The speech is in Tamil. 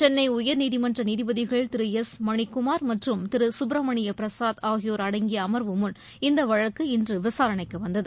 சென்னை உயர்நீதிமன்ற நீதிபதிகள் திரு எஸ் மணிக்குமார் மற்றும் திரு சுப்பிரமணிய பிரசாத் ஆகியோர் அடங்கிய அமர்வுமுன் இந்த வழக்கு இன்று விசாரணைக்கு வந்தது